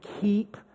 keep